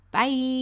Bye